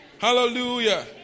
Hallelujah